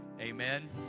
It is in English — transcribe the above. amen